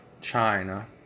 China